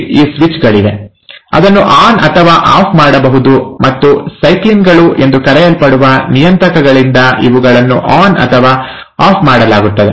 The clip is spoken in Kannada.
ಈ ಸ್ವಿಚ್ ಗಳಿವೆ ಅದನ್ನು ಆನ್ ಅಥವಾ ಆಫ್ ಮಾಡಬಹುದು ಮತ್ತು ಸೈಕ್ಲಿನ್ ಗಳು ಎಂದು ಕರೆಯಲ್ಪಡುವ ನಿಯಂತ್ರಕಗಳಿಂದ ಇವುಗಳನ್ನು ಆನ್ ಅಥವಾ ಆಫ್ ಮಾಡಲಾಗುತ್ತದೆ